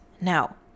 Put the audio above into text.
Now